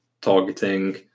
targeting